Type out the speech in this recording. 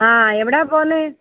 ആഹ് എവിടാണ് പോകുന്നേ